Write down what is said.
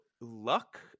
luck